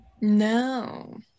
no